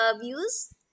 views